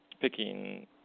picking